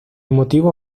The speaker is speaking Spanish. motivo